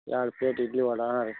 ಎರಡು ಪ್ಲೇಟ್ ಇಡ್ಲಿ ವಡೆ ಹಾಂ ರೀ